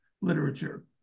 literature